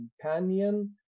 companion